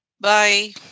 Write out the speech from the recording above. Bye